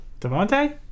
Devontae